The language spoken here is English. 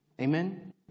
Amen